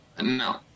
No